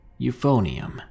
Euphonium